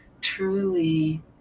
truly